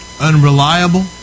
unreliable